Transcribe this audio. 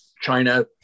China